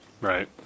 Right